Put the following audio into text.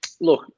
Look